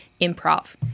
improv